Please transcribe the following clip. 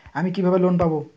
আমি কিভাবে লোন পাব?